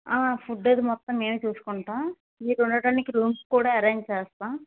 food అది మొత్తం మేమే చూసుకుంటాం మీరు ఉండటానికి రూమ్స్ కూడా అరేంజ్ చేస్తాం